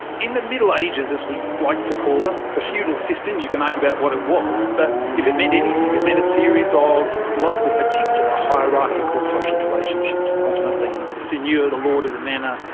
in the middle ages, as we like to call them, the feudal system, you can argue about what it was, but if it meant anything it meant a series ah of local particular hierarchical social relationships, ultimately you know the seigneur, the lord of the manor,